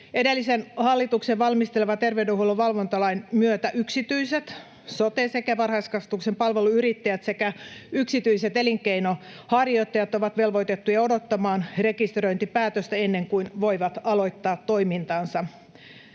Edellisen hallituksen valmisteleman terveydenhuollon valvontalain myötä yksityiset sote- sekä varhaiskasvatuksen palveluyrittäjät sekä yksityiset elinkeinonharjoittajat ovat velvoitettuja odottamaan rekisteröintipäätöstä ennen kuin voivat aloittaa toimintansa.